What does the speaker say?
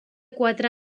quatre